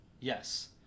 Yes